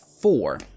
four